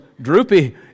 Droopy